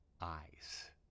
eyes